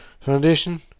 Foundation